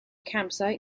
campsite